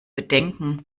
bedenken